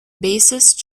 bassist